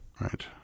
Right